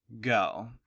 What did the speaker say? Go